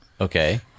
Okay